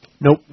nope